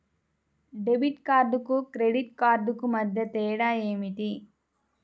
Debit కార్డుకు credit కార్డుకు మధ్య తేడా ఏమిటీ?